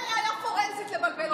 הוא לא נותן לראיה פורנזית לבלבל אותו.